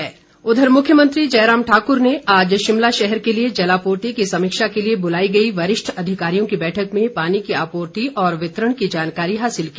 CM इस बीच मुख्यमंत्री जयराम ठाकुर ने आज शिमला शहर के लिए जलापूर्ति की समीक्षा के लिए बुलाई गई वरिष्ठ अधिकारियों की बैठक में पानी की आपूर्ति और वितरण की जानकारी हासिल की